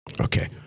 Okay